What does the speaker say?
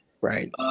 Right